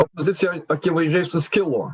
opozicija akivaizdžiai suskilo